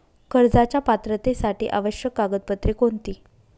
कर्जाच्या पात्रतेसाठी आवश्यक कागदपत्रे कोणती?